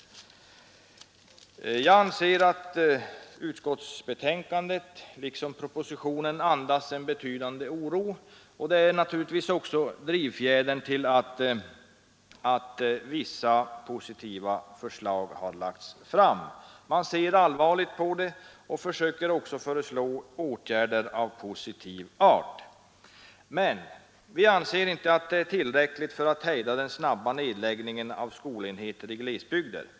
Jag anser att utskottsbetänkandet liksom propositionen andas en betydande oro över den utveckling som har skett när det gäller undervisningsväsendet i glesbygder. Man ser allvarligt på det och föreslår också en rad åtgärder av positiv art. Vi anser dock inte att de är tillräckliga för att hejda den snabba nedläggningen av skolenheter i glesbygder.